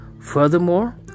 Furthermore